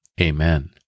Amen